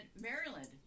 Maryland